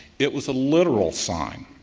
it was a literal sign.